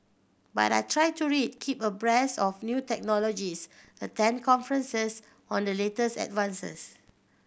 but I try to read keep abreast of new technologies attend conferences on the latest advances